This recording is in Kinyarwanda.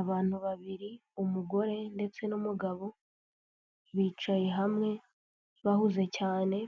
Abantu babiri umugore ndetse n'umugabo bicaye hamwe bahuze cyane,